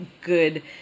good